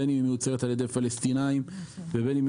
בין אם היא מיוצרת על ידי פלסטינים ובין אם היא